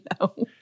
No